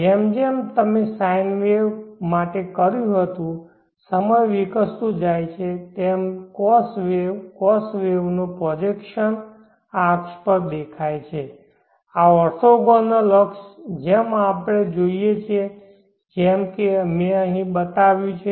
જેમ જેમ તમે sine વેવ માટે કર્યું હતું સમય વિકસતો જાય છે તેમ cos વેવ cos વેવનો પ્રોજેકશન આ અક્ષ પર દેખાય છે આ ઓર્થોગોનલ અક્ષ જેમ આપણે જોઈએ છીએ જેમ કે મેં અહીં બતાવ્યું છે